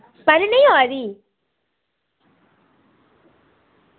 पैह्ले नी आवा दी